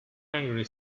angry